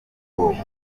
bob